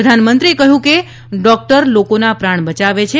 પ્રધાનમંત્રીએ કહ્યું કે ડોકટર લોકોના પ્રાણ બચાવે છે